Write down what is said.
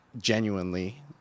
genuinely